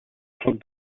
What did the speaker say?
plug